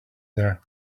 there